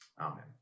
Amen